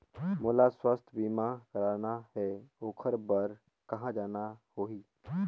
मोला स्वास्थ बीमा कराना हे ओकर बार कहा जाना होही?